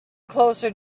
closer